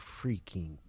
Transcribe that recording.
freaking